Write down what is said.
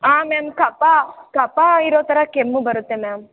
ಹಾಂ ಮ್ಯಾಮ್ ಕಫ ಕಫ ಇರೋ ಥರ ಕೆಮ್ಮು ಬರುತ್ತೆ ಮ್ಯಾಮ್